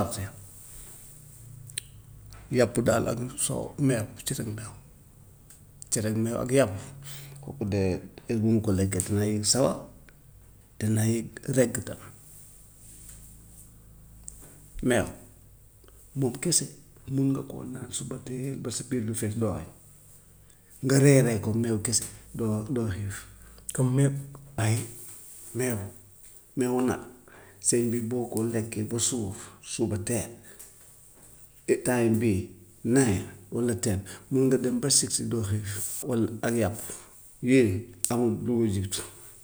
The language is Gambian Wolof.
yàpp daal ak lu soow meew cereeg meew, cereeg meew ak yàpp kooku de heure bu ma ko lekkee danaa yëg sawar, danaa yëg regg tam. Meew moom kese mun nga koo naan subateel ba sa biir bi fees doo añ, nga reeree ko meew kese doo doo xiif. comme mee- ay meew meewu nag sëñ bi boo ko lekkee ba suur subateel et time bii nine walla ten mun nga dem ba six doo xiif walla ak yàpp, yii amut bu ko jiitu.